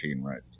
right